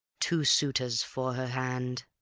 two suitors for her hand.